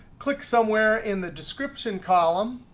click somewhere in the description column.